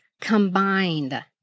combined